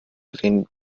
drehen